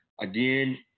Again